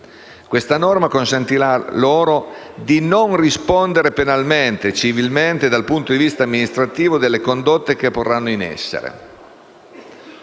Questa norma consentirà loro di non rispondere penalmente, civilmente e dal punto di vista amministrativo delle condotte che porranno in essere.